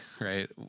right